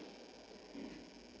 um